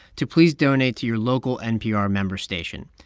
to please donate to your local npr member station.